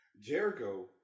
Jericho